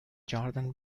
jordan